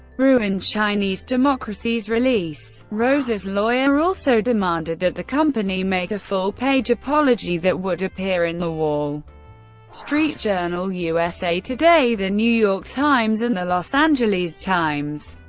ruined chinese democracys release. rose's lawyer also demanded that the company make a full-page apology that would appear in the wall street journal, usa today, the new york times and the los angeles times.